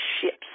ships